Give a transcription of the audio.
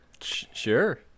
sure